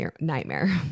nightmare